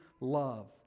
love